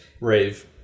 Rave